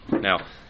Now